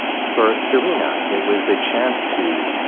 for serena, it was the chance to